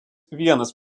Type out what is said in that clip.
vienas